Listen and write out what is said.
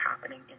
happening